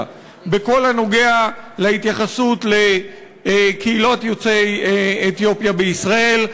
בכל הנוגע להתייחסות לקהילות יוצאי אתיופיה בישראל.